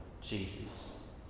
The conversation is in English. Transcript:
Jesus